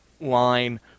line